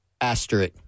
asterisk